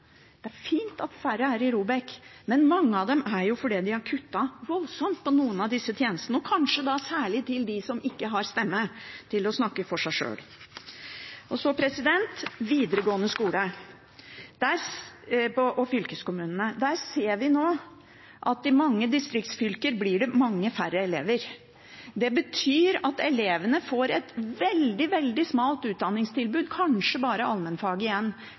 Det er fint at færre er i ROBEK, men mange av kommunene har kuttet voldsomt i noen av disse tjenestene – og kanskje særlig til dem som ikke har stemme til å snakke for seg sjøl. Til videregående skole og fylkeskommunene: Her ser vi at det blir færre elever i mange distriktsfylker. Det betyr at elevene får et veldig, veldig smalt utdanningstilbud, kanskje bare allmennfag igjen,